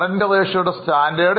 21